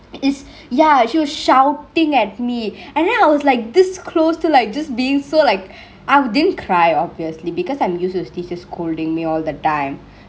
ya she was shoutingk at me and then I was like this close to like just beingk so like I didn't cry obviously because I'm used to teacher scoldingk me all the time